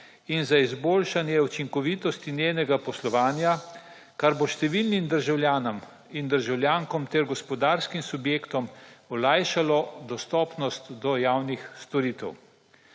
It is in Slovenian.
in za izboljšanje učinkovitosti njenega poslovanja, kar bo številnim državljanom in državljankam ter gospodarskim subjektom olajšalo dostopnost do javnih storitev.